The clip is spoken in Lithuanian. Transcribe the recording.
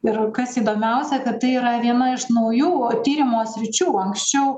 ir kas įdomiausia kad tai yra viena iš naujų tyrimo sričių anksčiau